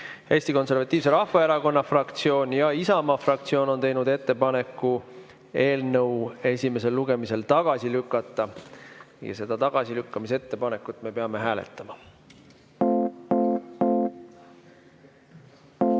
Eesti Konservatiivse Rahvaerakonna fraktsioon ja Isamaa fraktsioon on teinud ettepaneku eelnõu esimesel lugemisel tagasi lükata. Seda tagasilükkamise ettepanekut peame hääletama. Head